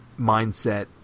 mindset